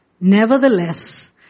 nevertheless